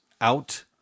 out